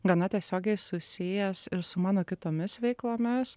gana tiesiogiai susijęs ir su mano kitomis veiklomis